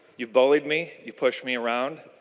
you bullied me. you push me around.